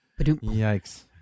Yikes